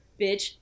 bitch